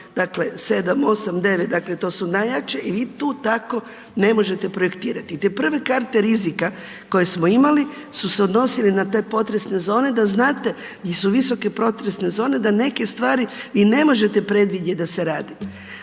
dakle 7, 8, 9 dakle to su najjače i vi tu tako ne možete projektirati. Te prve karte rizika koje smo imali su se odnosile na te potresne zone da znate di su visoke potresne zone da neke stvari vi ne možete predvidjeti da se rade.